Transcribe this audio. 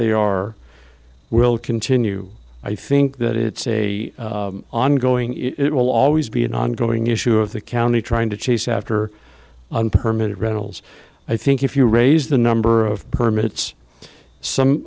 they are will continue i think that it's a ongoing it will always be an ongoing issue of the county trying to chase after permit rentals i think if you raise the number of permits some